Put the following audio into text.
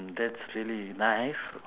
that's really nice